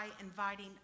inviting